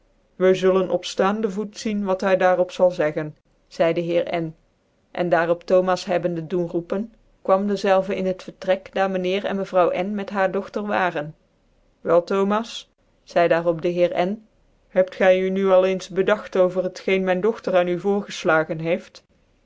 wy zullen op llaande voet zien wat hy daar op zal zeggen zcidc dc meer n en daar op thomas hebbende doen roepen quam dezelve in het vertrek daar myn heer cn mevrouw n met haar dogter waren wel thomas cide daar op de heer n hebt gy u nu al eens bcdagt over het geen myn dogter aan u voorgcflagen heefc